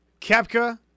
Kepka